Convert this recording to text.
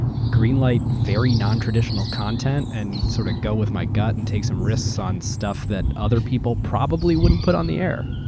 greenlight very nontraditional content, and sort of go with my gut, and take some risks on stuff that other people probably wouldnaeurt put on the air.